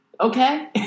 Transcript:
okay